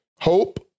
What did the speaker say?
Hope